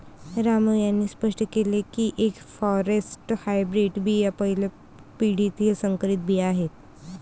रामू यांनी स्पष्ट केले की एफ फॉरेस्ट हायब्रीड बिया पहिल्या पिढीतील संकरित बिया आहेत